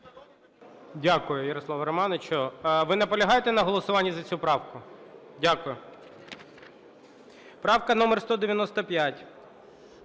Дякую, Ярославе Романовичу. Ви наполягаєте на голосуванні за цю правку? Дякую. Правка номер 195.